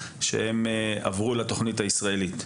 שעברו לתוכנית הישראלית.